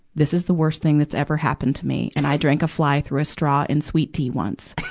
this is the worst thing that's ever happened to me, and i drank a fly through a straw in sweet tea once.